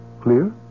Clear